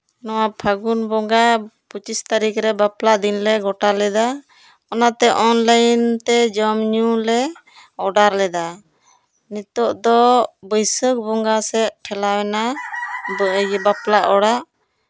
ᱱᱚᱣᱟ ᱯᱷᱟᱹᱜᱩᱱ ᱵᱚᱸᱜᱟ ᱯᱚᱸᱪᱤᱥ ᱛᱟᱹᱨᱤᱠᱷ ᱨᱮ ᱵᱟᱯᱞᱟ ᱫᱤᱱᱞᱮ ᱜᱚᱴᱟ ᱞᱮᱫᱟ ᱚᱱᱟᱛᱮ ᱚᱱᱞᱟᱭᱤᱱ ᱛᱮ ᱡᱚᱢ ᱧᱩ ᱞᱮ ᱚᱰᱟᱨ ᱞᱮᱫᱟ ᱱᱤᱛᱳᱜ ᱫᱚ ᱵᱟᱹᱭᱥᱟᱹᱠᱷ ᱵᱚᱸᱜᱟ ᱥᱮᱫ ᱴᱷᱮᱞᱟᱣ ᱮᱱᱟ ᱵᱟᱯᱞᱟ ᱚᱲᱟᱜ